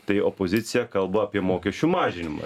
tai opozicija kalba apie mokesčių mažinimą